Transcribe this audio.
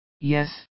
yes